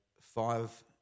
five